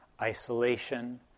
isolation